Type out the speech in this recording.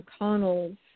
McConnell's